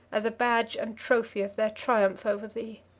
as a badge and trophy of their triumph over thee.